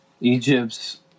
Egypt's